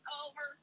over